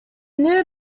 new